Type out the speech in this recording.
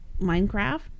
Minecraft